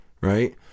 right